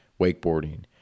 wakeboarding